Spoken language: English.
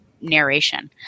narration